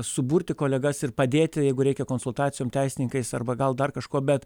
suburti kolegas ir padėti jeigu reikia konsultacijom teisininkais arba gal dar kažkuo bet